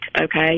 okay